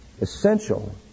essential